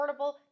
affordable